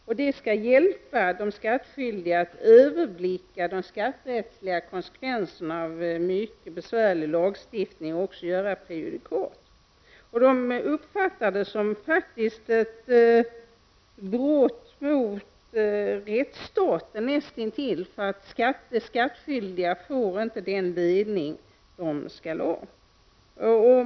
Och det skall hjälpa de skattskyldiga att överblicka de skatterättsliga konsekvenserna av mycket besvärlig lagstiftning och även skapa prejudikat! Man uppfattar faktiskt detta faktum som näst intill ett brott mot rättsstaten — skattskyldiga får inte den ledning de skall ha.